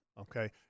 okay